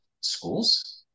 schools